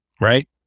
right